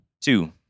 Two